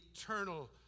eternal